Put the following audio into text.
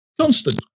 Constant